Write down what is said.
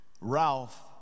Ralph